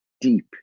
deep